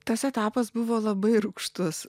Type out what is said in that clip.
tas etapas buvo labai rūgštus